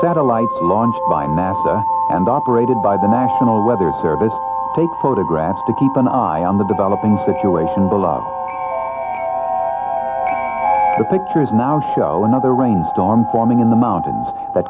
satellite launched by nasa and operated by the national weather service take photographs to keep an eye on the developing situation the pictures now show another rain storm forming in the mountains